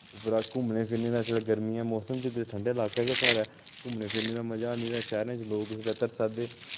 उप्परा घुम्मने फिरने दा इसलै गर्मियें मौसम च ठंडे लाकै गै साढ़ै घुम्मने फिरने दा मजा नि तां शैह्रें च लोक इसलै तरसा दे